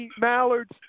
mallards